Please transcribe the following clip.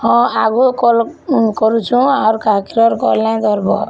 ହଁ ଆଗ କଲ୍ କରୁଛୁଁ ଆର୍ କାହାରକିରୋ କଲ୍ ନାଇଁ ଧରବ